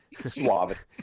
suave